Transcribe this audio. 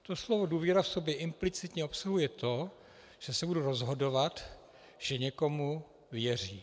To slovo důvěra v sobě implicitně obsahuje to, že se budu rozhodovat, že někomu věřím.